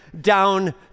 down